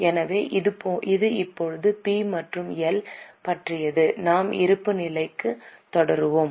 எனவே இது இப்போது பி மற்றும் எல் பற்றியது நாம் இருப்புநிலைக்குத் தொடருவோம்